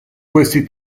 questi